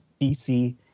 dc